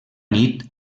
nit